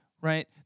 right